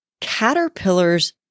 caterpillar's